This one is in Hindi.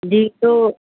जी तो